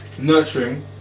nurturing